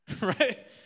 Right